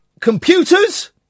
computers